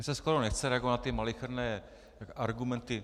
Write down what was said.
Mně se skoro nechce reagovat na ty malicherné argumenty.